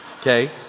okay